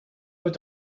but